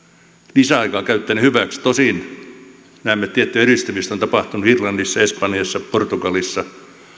lisäaikaa käyttäneet hyväkseen tosin näemme että tiettyä edistymistä on tapahtunut irlannissa espanjassa portugalissa